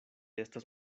estas